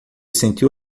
sentiu